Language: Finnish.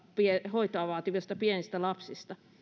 hoitoa vaativista pienistä lapsistaan